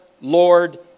Lord